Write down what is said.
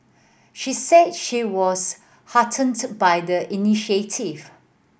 she said she was heartened by the initiative